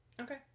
Okay